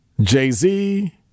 Jay-Z